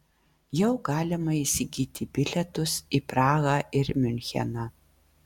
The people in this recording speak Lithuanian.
jau galima įsigyti bilietus į prahą ir miuncheną